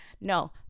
no